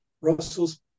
Russell's